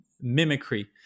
mimicry